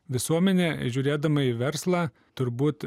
visuomenė žiūrėdama į verslą turbūt